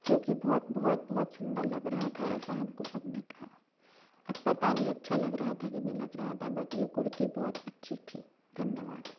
जो कि बहुत बहुत बहुत सुंदर लग रहा था ऐसा हमको सबने कहा अब पता नहीं अच्छा लग रहा था कि नहीं लग रहा था बट ये कुर्ती बहुत अच्छी थी धन्यवाद